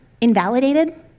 invalidated